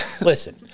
Listen